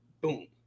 Boom